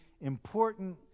important